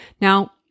Now